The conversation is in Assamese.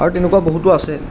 আৰু তেনেকুৱা বহুতো আছে